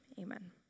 Amen